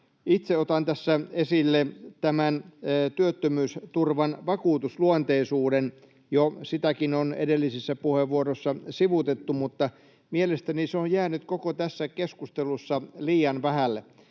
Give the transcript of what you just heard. Itse otan tässä esille työttömyysturvan vakuutusluonteisuuden. Sitäkin on jo edellisissä puheenvuoroissa sivuttu, mutta mielestäni se on jäänyt koko tässä keskustelussa liian vähälle.